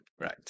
right